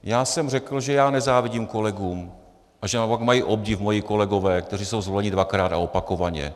Já jsem řekl, že já nezávidím kolegům a že naopak mají obdiv moji kolegové, kteří jsou zvoleni dvakrát a opakovaně.